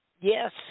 yes